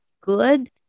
good